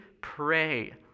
Pray